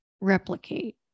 replicate